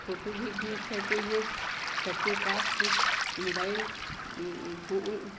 photo भी खींच सकते हैं सबके पास मोबाइल फोन